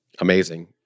Amazing